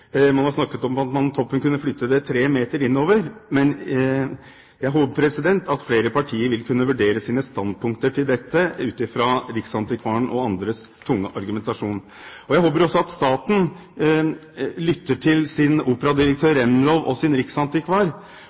Man har snakket om at man toppen kunne flytte det 3 meter innover, men jeg håper at flere partier vil vurdere sine standspunkter til dette ut ifra Riksantikvarens og andres tunge argumentasjon. Jeg håper også at staten lytter til sin operadirektør, Remlov, og sin riksantikvar,